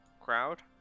crowd